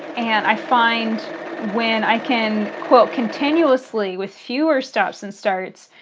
and i find when i can quilt continuously with fewer stops and starts,